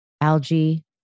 Algae